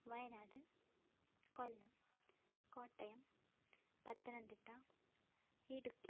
Wayanad Kollam Kottayam Pathanamthitta Idukki